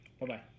Bye-bye